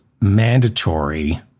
mandatory